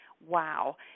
wow